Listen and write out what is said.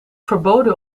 verboden